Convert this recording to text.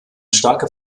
starke